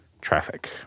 traffic